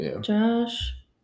Josh